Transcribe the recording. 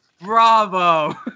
Bravo